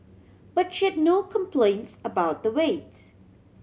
but she had no complaints about the waits